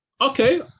Okay